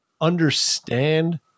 understand